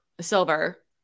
Silver